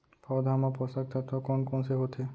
पौधे मा पोसक तत्व कोन कोन से होथे?